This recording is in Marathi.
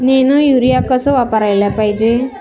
नैनो यूरिया कस वापराले पायजे?